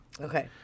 Okay